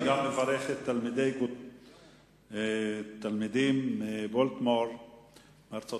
אני גם מברך את התלמידים מבולטימור בארצות-הברית.